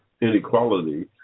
inequality